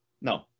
No